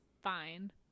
fine